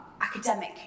academic